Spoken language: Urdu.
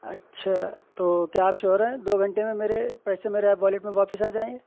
اچھا تو کیا آپ شیور ہیں دو گھنٹے میں میرے پیسے میرے ایپ والیٹ میں واپس آ جائیں